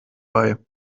bei